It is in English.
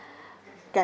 get